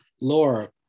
Laura